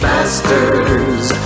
Masters